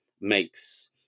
makes